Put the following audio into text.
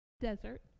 desert